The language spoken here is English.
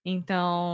Então